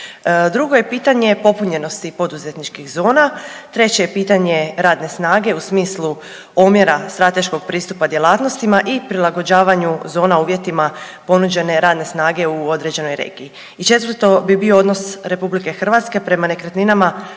Drugo je pitanje popunjenosti poduzetničkih zona, treće je pitanje radne snage u smislu omjera strateškog pristupa djelatnostima i prilagođavanju zona uvjetima ponuđene radne snage u određenoj regiji i četvrto bi bio odnos RH prema nekretninama